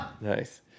Nice